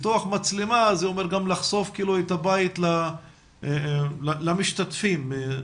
אני מקווה באמת שתוכלו לפרסם את זה בקרוב כדי שהתלמידים גם יוכלו להבין